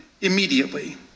immediately